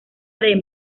demo